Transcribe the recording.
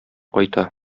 кайта